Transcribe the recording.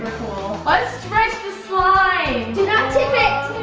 cool. let's stretch the slime. do not tip it.